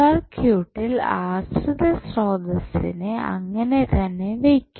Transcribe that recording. സർക്യൂട്ടിൽ ആശ്രിത സ്രോതസ്സിനെ അങ്ങനെതന്നെ വെയ്ക്കും